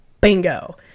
bingo